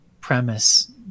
premise